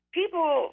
people